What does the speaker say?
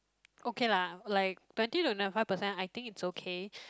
okay lah like but I think twenty five percent I think it's okay